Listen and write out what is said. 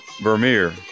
Vermeer